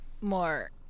more